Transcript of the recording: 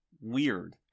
Weird